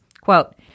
quote